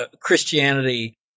Christianity